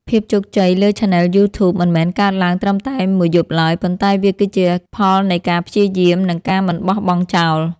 ភាពជោគជ័យលើឆានែលយូធូប មិនមែនកើតឡើងត្រឹមតែមួយយប់ឡើយ ប៉ុន្តែវាគឺជាផលនៃការព្យាយាម និងការមិនបោះបង់ចោល។